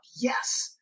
yes